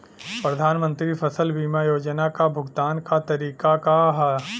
प्रधानमंत्री फसल बीमा योजना क भुगतान क तरीकाका ह?